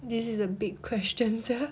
this is a big question sia